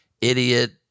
Idiot